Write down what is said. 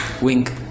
wink